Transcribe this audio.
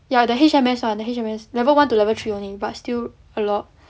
ya the H_M_S [one] the H_M_S level one to level three only but still a lot